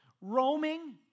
roaming